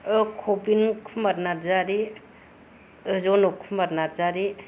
cabin Kumar Narzary Janak Kumar Narzary